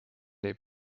les